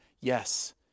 Yes